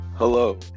Hello